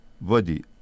body